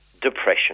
depression